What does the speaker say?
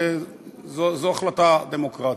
וזו החלטה דמוקרטית.